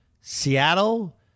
Seattle